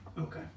Okay